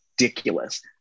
ridiculous